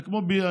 זה כמו בעירייה.